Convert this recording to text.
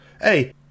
Hey